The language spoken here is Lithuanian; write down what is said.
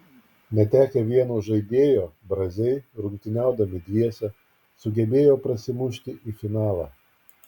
netekę vieno žaidėjo braziai rungtyniaudami dviese sugebėjo prasimušti į finalą